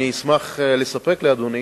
אני אשמח לספק לאדוני